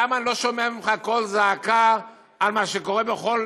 למה אני לא שומע ממך קול זעקה על מה שקורה בכל